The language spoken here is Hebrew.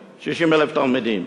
28, 60,000 תלמידים,